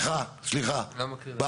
מסוים שייתכן וצריך להגדיר אותו כשטח עיקרי,